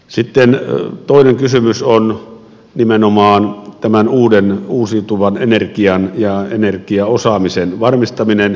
sitten toinen kysymys on nimenomaan tämän uuden uusiutuvan energian ja energiaosaamisen varmistaminen